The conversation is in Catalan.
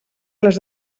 les